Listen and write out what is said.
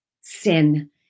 sin